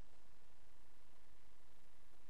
דמוקרטית, נאורה, רק אנחנו לא שמים לב, מה עם